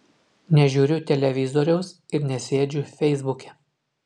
nežiūriu televizoriaus ir nesėdžiu feisbuke